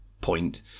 point